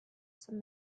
some